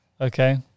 Okay